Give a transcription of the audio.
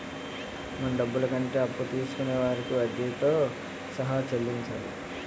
మన డబ్బులు కంటే అప్పు తీసుకొనే వారికి వడ్డీతో సహా చెల్లించాలి